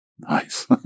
Nice